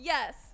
Yes